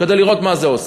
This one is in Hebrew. כדי לראות מה זה עושה.